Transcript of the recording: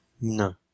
No